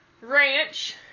Ranch